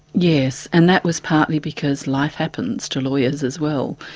yes, and that was partly because life happens to lawyers as well.